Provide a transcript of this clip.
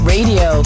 Radio